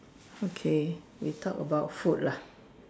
okay we talk about food lah